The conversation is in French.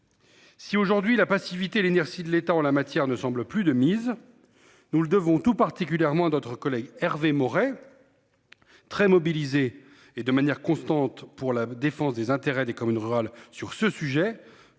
Si aujourd'hui la passivité l'inertie de l'État en la matière ne semble plus de mise. Nous le devons tout particulièrement à notre collègue Hervé Maurey. Très mobilisés et de manière constante pour la défense des intérêts des communes rurales sur ce sujet,